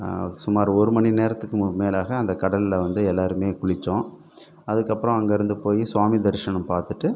சுமார் ஒரு மணி நேரத்துக்கு மேலாக அந்த கடலில் வந்து எல்லோருமே குளித்தோம் அதுக்கப்புறம் அங்கிருந்து போய் சுவாமி தரிசனம் பார்த்துட்டு